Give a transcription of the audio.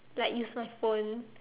like use my phone